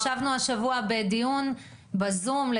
ישבנו השבוע בדיון בזום,